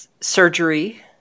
surgery